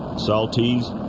saltese,